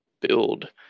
build